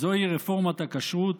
הוא רפורמת הכשרות,